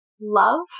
love